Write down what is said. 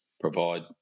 provide